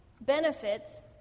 benefits